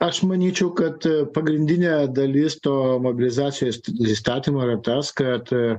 aš manyčiau kad pagrindinė dalis to mobilizacijos įstatymo yra tas kad